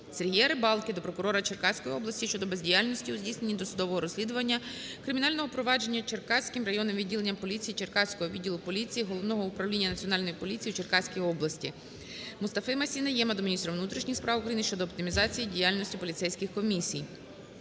Сергія Рибалки до прокурора Черкаської області щодо бездіяльності у здійсненні досудового розслідування кримінального провадження Черкаським районним відділенням поліції Черкаського відділу поліції ГУНП у Черкаській області. Мустафи-МасіНайєма до міністра внутрішніх справ України щодо оптимізації діяльності поліцейських комісій.